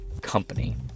company